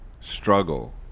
struggle